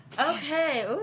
Okay